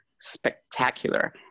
spectacular